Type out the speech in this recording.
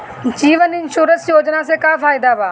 जीवन insurance योजना से का फायदा बा?